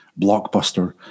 Blockbuster